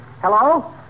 Hello